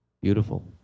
Beautiful